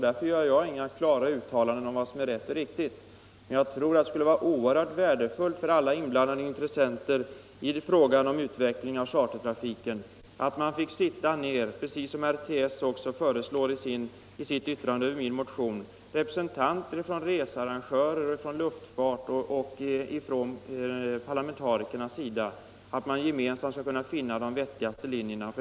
Därför gör jag inga klara uttalanden om vad som är rätt och riktigt. Men jag tror att det skulle vara oerhört värdefullt om alla intressenter när det gäller en utveckling av chartertrafiken — representanter för researrangörer, representanter för luftfarten och parlamentariker — fick sätta sig ned, precis som RTS föreslår i sitt yttrande över min motion, för att gemensamt finna de vettigaste linjerna.